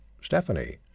Stephanie